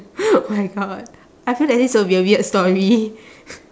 my god I feel that this will be a weird story